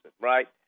right